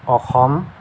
Assam